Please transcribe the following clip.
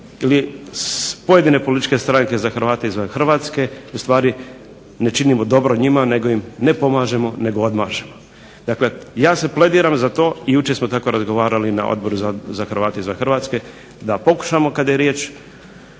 pojedine političke stranke za Hrvate izvan Hrvatske ustvari ne činimo dobro njima nego im ne pomažemo nego odmažemo. Dakle, ja se plediram za to i jučer smo tako razgovarali na Odboru za Hrvate izvan Hrvatske da pokušamo kada je riječ